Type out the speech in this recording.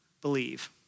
believe